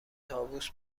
طاووس